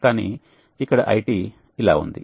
కానీ ఇక్కడ IT ఇలా ఉంది